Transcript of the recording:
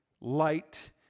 light